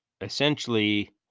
essentially